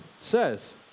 says